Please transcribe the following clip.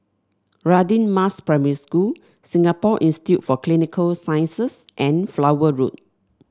Radin Mas Primary School Singapore Institute for Clinical Sciences and Flower Road